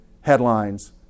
headlines